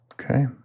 Okay